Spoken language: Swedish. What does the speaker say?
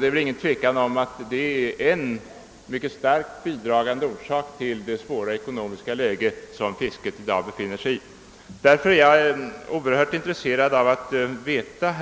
Det är inget tvivel om att detta har varit en mycket starkt bidragande orsak till det svåra ekonomiska läge som fiskerinäringen i dag befinner sig i. Därför är jag mycket intresserad av att få veta